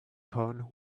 cone